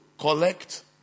collect